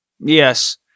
Yes